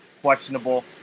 questionable